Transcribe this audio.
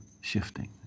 shifting